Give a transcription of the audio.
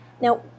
Now